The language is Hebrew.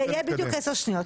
זה יהיה בדיוק 10 שניות.